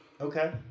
Okay